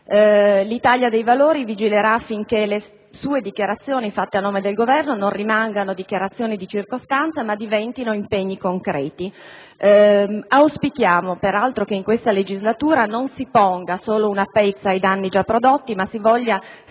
L'Italia dei Valori vigilerà affinché le sue dichiarazioni, fatte a nome del Governo, non rimangano di circostanza, ma diventino impegni concreti. Auspichiamo, peraltro, che in questa legislatura non si ponga soltanto una pezza ai danni già prodotti, ma si voglia seriamente